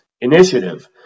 initiative